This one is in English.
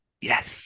yes